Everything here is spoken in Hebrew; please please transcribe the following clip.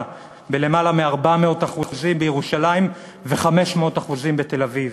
בלמעלה מ-400% בירושלים ו-500% בתל-אביב?